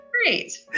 great